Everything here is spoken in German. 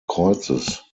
kreuzes